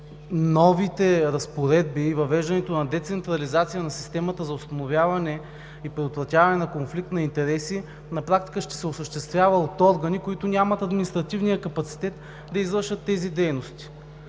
новите разпоредби и въвеждането на децентрализация на системата за установяване и предотвратяване на конфликт на интереси – на практика ще се осъществява от органи, които нямат административния капацитет да извършат тези дейности.